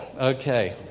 okay